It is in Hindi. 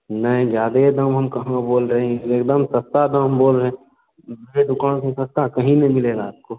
नहीं ज़्यादा दाम हम कहाँ बोल रहे हैं एक दम सस्ता दाम बोल रहें हमारी दुकान से सस्ता कहीं नहीं मिलेगा आपको